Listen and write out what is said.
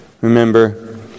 remember